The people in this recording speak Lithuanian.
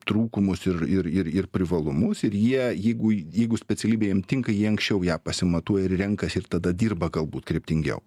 trūkumus ir ir ir ir privalumus ir jie jeigu jeigu specialybė jiem tinka jie anksčiau ją pasimatuoja ir renkasi ir tada dirba galbūt kryptingiau